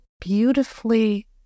beautifully